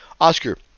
Oscar